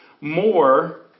more